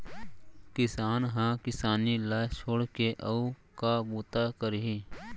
किसान ह किसानी ल छोड़ के अउ का बूता करही